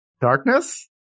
Darkness